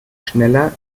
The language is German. schneller